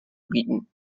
bieten